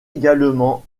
également